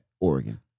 Oregon